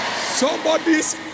Somebody's